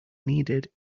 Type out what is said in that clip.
needed